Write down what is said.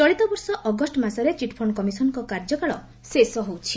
ଚଳିତବର୍ଷ ଅଗଷ୍ ମାସରେ ଚିଟ୍ଫଣ୍ଡ କମିଶନଙ୍କ କାର୍ଯ୍ୟକାଳ ଶେଷ ହେଉଛି